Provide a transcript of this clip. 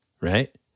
right